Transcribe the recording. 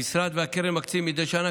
המשרד והקרן מקצים מדי שנה,